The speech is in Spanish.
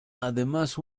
además